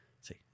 See